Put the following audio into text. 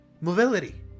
Mobility